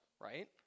Right